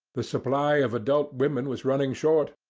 the supply of adult women was running short,